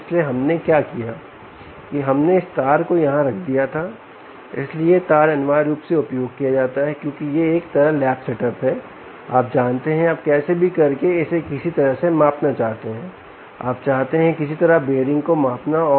इसलिएहमने क्या किया कि हमने इस तार को यहां रख दिया था इसलिए यह तार अनिवार्य रूप से उपयोग किया जाता है क्योंकि यह एक लैब सेटअप हैआप जानते हैं कि आप कैसे भी करके इसे किसी तरह से मापना चाहते हैं आप चाहते हैं किसी तरह बीयरिंग को मापना और